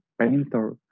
painter